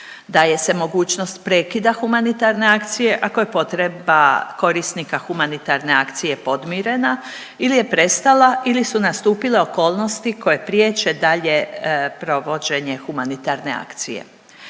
Daje se mogućnost prekida humanitarne akcije ako je potreba korisnika humanitarne akcije podmirena ili je prestala ili su nastupile okolnosti koje priječe dalje provođenje humanitarne akcije.